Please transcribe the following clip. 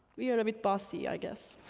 we are a bit bossy, i guess.